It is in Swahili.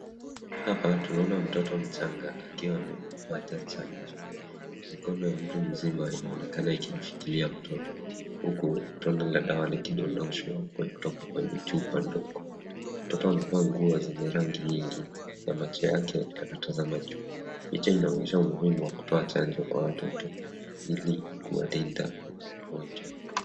Hapa tunaona mtoto mchanga akiwa amepata chanjo. Mikono ya mtu mzima inaonekana ikishikilia mtoto, huku tone la dawa likidondoshwa kutoka kwenye chupa ndogo. Mtoto amevaa nguo zenye rangi nyingi, na macho yake yanatazama juu. Picha inaonyesha umuhimu wa kutoa chanjo kwa watoto ili kuwalinda na magonjwa.